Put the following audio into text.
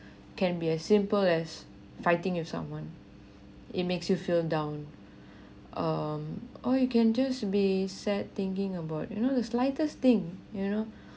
can be as simple as fighting with someone it makes you feel down um or you can just be sad thinking about you know the slightest thing you know